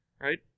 right